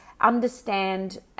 understand